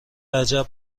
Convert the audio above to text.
عجب